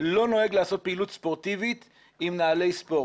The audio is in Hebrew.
לא נוהג לעשות פעילות ספורטיבית עם נעלי ספורט.